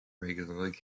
regularly